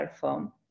firm